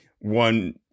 one